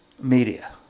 media